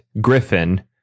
Griffin